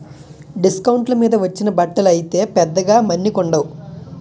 డిస్కౌంట్ల మీద వచ్చిన బట్టలు అయితే పెద్దగా మన్నికుండవు